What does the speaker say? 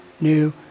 new